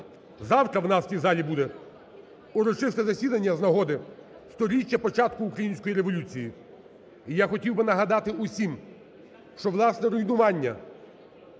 Завтра у нас в цій залі буде урочисте засідання з нагоди сторіччя початку української революції. І я хотів би нагадати усім, що, власне, руйнування